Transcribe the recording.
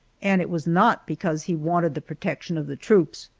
and it was not because he wanted the protection of the troops.